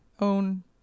own